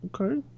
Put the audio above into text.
Okay